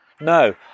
No